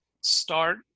start